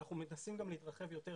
אנחנו מנסים להתרחב יותר,